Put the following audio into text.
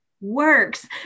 works